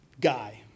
guy